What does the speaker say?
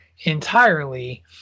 entirely